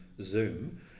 Zoom